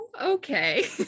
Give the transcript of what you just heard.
okay